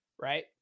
right